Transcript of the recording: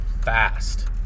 fast